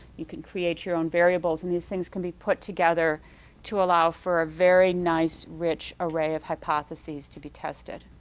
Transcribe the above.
you can create your own variables and these things can be put together to allow for a very nice, rich array of hypothesis to be tested.